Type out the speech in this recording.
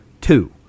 two